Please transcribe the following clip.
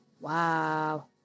wow